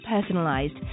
personalized